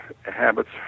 habits